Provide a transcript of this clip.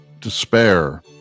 despair